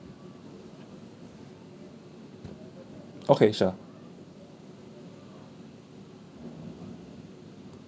okay sure